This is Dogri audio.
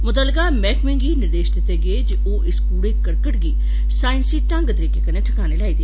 मुत्तलका मैहकमे गी निर्देश दित्ते गे जे ओ इस कूड़े करकट गी सांईसी ढंग तरीके कन्नै ठकाने लाई दे